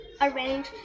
arrange